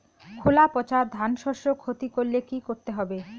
খোলা পচা ধানশস্যের ক্ষতি করলে কি করতে হবে?